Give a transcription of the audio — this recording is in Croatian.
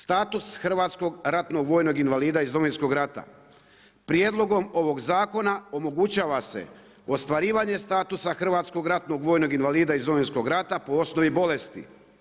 Status hrvatskog ratnog vojnog invalida iz domovinskog rata, prijedlogom ovog zakona, omogućava se ostvarivanje status hrvatskog ratnog invalida iz Domovinskog rata po osnovi bolesti.